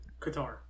Qatar